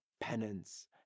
penance